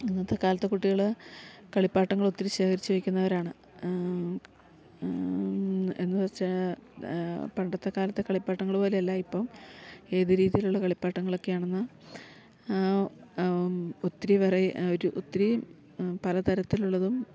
ഇന്നത്തെ കാലത്തെ കുട്ടികള് കളിപ്പാട്ടങ്ങളൊത്തിരി ശേഖരിച്ച് വെക്കുന്നവരാണ് എന്ന് വെച്ചാൽ പണ്ടത്തെക്കാലത്തെ കളിപ്പാട്ടങ്ങള് പോലെയല്ലയിപ്പം ഏത് രീതിയിലുള്ള കളിപ്പാട്ടങ്ങളൊക്കെയാണെന്ന് ഒത്തിരി വേറെ ഒരു ഒത്തിരി പല തരത്തിലുള്ളതും